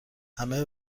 همه